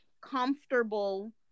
comfortable